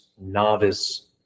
novice